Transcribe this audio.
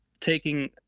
taking